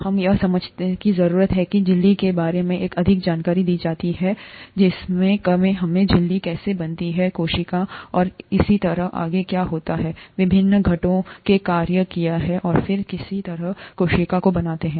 हमें यह समझने की जरूरत है कि झिल्ली के बारे में और अधिक जानकारी दी जाती है किमें झिल्ली कैसे बनती है कोशिकाऔर इसी तरह आगे क्या होती है विभिन्न घटकों के कार्य क्या हैं और फिर किसी तरह कोशिका को बनाते हैं